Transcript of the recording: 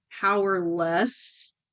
powerless